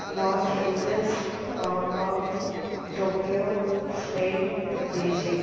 loss Angeles Hong Kong Tokyo Spain Beijing